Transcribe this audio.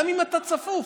גם אם אתה צפוף.